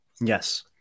Yes